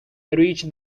reach